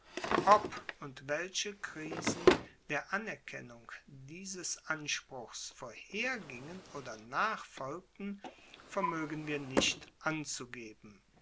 ob und welche krisen der anerkennung dieses anspruchs vorhergingen oder nachfolgten vermoegen wir nicht anzugeben